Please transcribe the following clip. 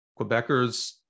Quebecers